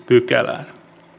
pykälään